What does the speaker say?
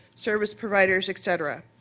service providers, etc.